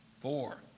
Four